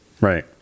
Right